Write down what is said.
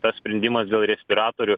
tas sprendimas dėl respiratorių